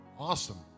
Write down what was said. Awesome